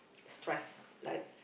stress like